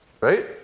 Right